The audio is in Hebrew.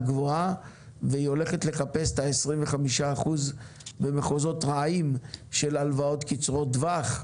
גבוהה והיא הולכת לחפש את ה-25% במחוזות רעים של הלוואות קצרות טווח,